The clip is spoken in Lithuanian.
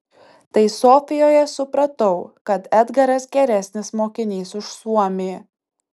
tai sofijoje supratau kad edgaras geresnis mokinys už suomį